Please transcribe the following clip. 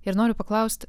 ir noriu paklaust